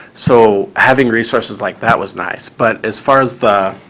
so, having resources like that was nice. but as far as the,